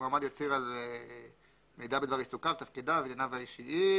מידע בדבר עיסוקיו, תפקידיו, ענייניו האישיים